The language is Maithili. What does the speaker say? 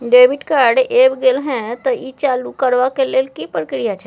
डेबिट कार्ड ऐब गेल हैं त ई चालू करबा के लेल की प्रक्रिया छै?